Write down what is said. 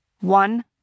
one